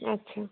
আচ্ছা